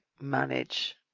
manage